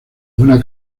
buena